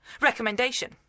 Recommendation